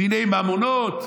דיני ממונות,